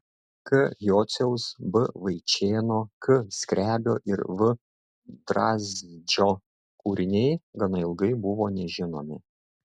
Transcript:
k jociaus b vaičėno k skrebio ir v drazdžio kūriniai gana ilgai buvo nežinomi